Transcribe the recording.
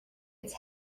its